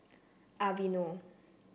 Aveeno